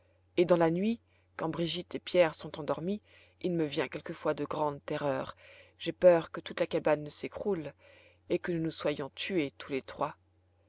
et dans la nuit quand brigitte et pierre sont endormis il me vient quelquefois de grandes terreurs j'ai peur que toute la cabane ne s'écroule et que nous ne soyons tués tous les trois